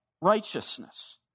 righteousness